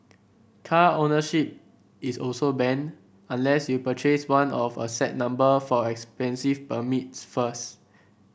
car ownership is also banned unless you purchase one of a set number for expensive permits first